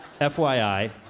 FYI